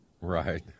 Right